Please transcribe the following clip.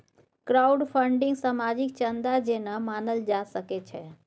crowdfunding सामाजिक चन्दा जेना मानल जा सकै छै